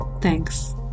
Thanks